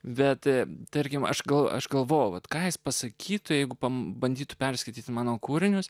bet tarkim aš gal aš galvojau vat ką jis pasakytų jeigu pabandytų perskaityti mano kūrinius